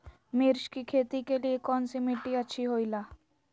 मिर्च की खेती के लिए कौन सी मिट्टी अच्छी होईला?